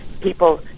people